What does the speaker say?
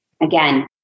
Again